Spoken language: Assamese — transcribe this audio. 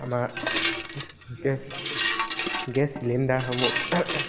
আমাৰ গেছ গেছ চিলিণ্ডাৰসমূহ